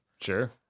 Sure